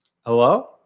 Hello